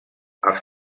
als